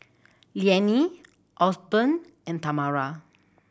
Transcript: Liane Osborn and Tamara